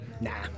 Nah